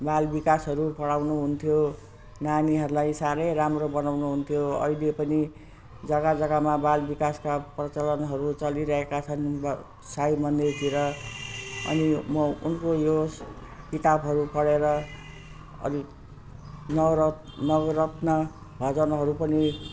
बाल विकासहरू पढाउनु हुन्थ्यो नानीहरूलाई साह्रै राम्रो बनाउनु हुन्थ्यो अहिले पनि जगा जगामा बाल विकासका प्रचलनहरू चलिरहेका छन् बा साई मन्दिरतिर अनि म उनको यो किताबहरू पढेर अलिक नवरत्न नवरत्न भजनहरू पनि